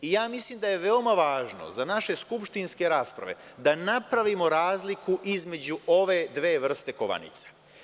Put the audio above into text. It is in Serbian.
Ja mislim da je veoma važno za naše skupštinske rasprave da napravimo razliku između ove dve vrste kovanica.